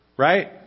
Right